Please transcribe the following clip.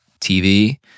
TV